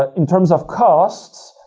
ah in terms of costs,